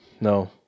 No